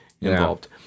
involved